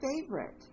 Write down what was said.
favorite